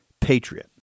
patriot